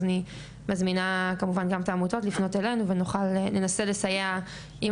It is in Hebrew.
אז אני מזמינה גם את העמותות לפנות אלינו וננסה לסייע עם